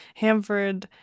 hamford